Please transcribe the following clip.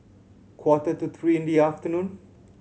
quarter to three in the afternoon